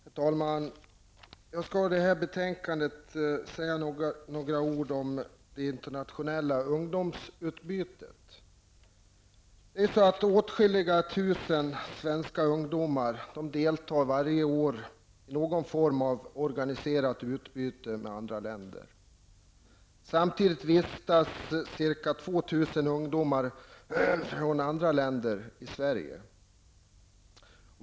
Herr talman! Jag skall med anledning av det här betänkandet säga några ord om det internationella ungdomsutbytet. Åtskilliga tusen svenska ungdomar deltar varje år i någon form av organiserat utbyte med andra länder. Samtidigt vistas ca 2 000 ungdomar från andra länder i Sverige.